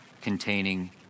containing